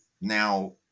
now